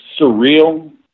surreal